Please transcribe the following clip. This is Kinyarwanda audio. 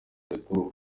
mikuru